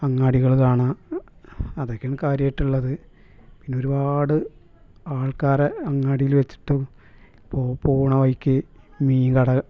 അങ്ങാടികൾ കാണാം അതെക്കെയാണ് കാര്യമായിട്ടുള്ളത് പിന്നെ ഒരുപാട് ആൾക്കാരെ അങ്ങാടിയിൽ വെച്ചിട്ടും ഇപ്പോൾ പോകുന്ന വഴിക്ക് മീൻ